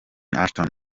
ashton